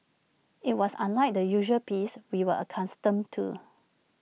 IT was unlike the usual peace we were accustomed to